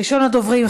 ראשון הדוברים,